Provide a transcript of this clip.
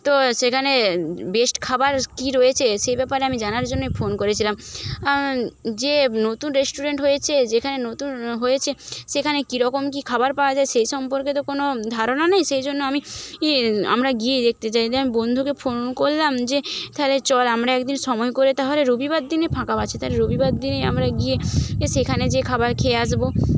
তো সেখানে বেস্ট খাবার কী রয়েছে সেই ব্যাপারে আমি জানার জন্যে ফোন করেছিলাম যে নতুন রেস্টুরেন্ট হয়েছে যেখানে নতুন হয়েছে সেখানে কীরকম কী খাবার পাওয়া যায় সেই সম্পর্কে তো কোনো ধারণা নেই সেই জন্য আমি ইয়ে আমরা গিয়ে দেখতে চাই যে আমি বন্ধুকে ফোন করলাম যে তাহলে চল আমরা একদিন সময় করে তাহলে রবিবার দিনই ফাঁকা আছে তাই রবিবার দিনই আমরা গিয়ে সেখানে যেয়ে খাবার খেয়ে আসবো